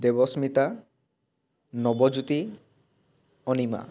Debasmita Nabajyoti Anima